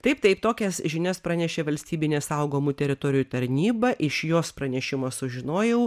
taip taip tokias žinias pranešė valstybinė saugomų teritorijų tarnyba iš jos pranešimo sužinojau